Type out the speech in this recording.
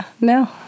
no